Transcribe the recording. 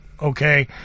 okay